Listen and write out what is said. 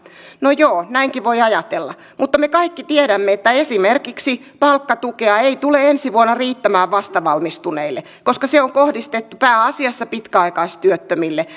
no joo näinkin voi ajatella mutta me kaikki tiedämme että esimerkiksi palkkatukea ei tule ensi vuonna riittämään vastavalmistuneille koska se on kohdistettu pääasiassa pitkäaikaistyöttömille